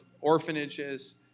orphanages